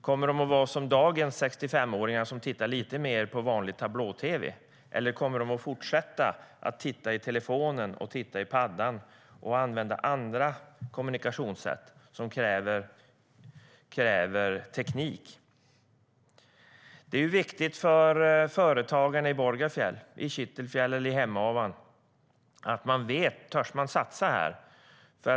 Kommer de att vara som dagens 65-åringar, som tittar lite mer på vanlig tablå-tv, eller kommer de att fortsätta titta i telefonen eller "paddan" och använda kommunikationssätt som kräver annan teknik? Det är viktigt för företagarna i Borgafjäll, Kittelfjäll eller Hemavan att veta om de törs satsa.